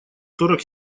сорок